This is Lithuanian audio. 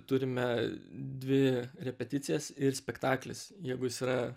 turime dvi repeticijas ir spektaklis jeigu jis yra